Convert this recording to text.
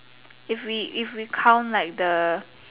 if we if we count like the